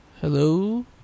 Hello